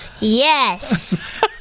Yes